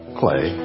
clay